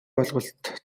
ойлголт